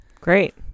Great